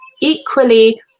Equally